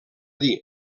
dir